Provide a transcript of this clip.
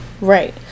Right